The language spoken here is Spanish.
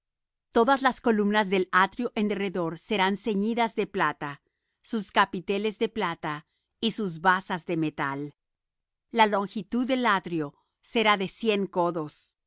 todas las columnas del atrio en derredor serán ceñidas de plata sus capiteles de plata y sus basas de metal la longitud del atrio será de cien codos